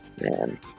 Man